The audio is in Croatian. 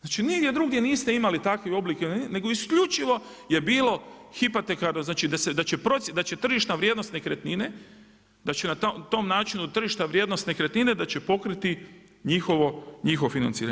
Znači nigdje drugdje niste imali takve oblik nego isključivo je bilo hipotekarno, znači da će tržišna vrijednost nekretnine, da će na tom načinu tržišta vrijednost nekretnine da će pokriti njihovo financiranje.